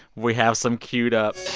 we have some cued up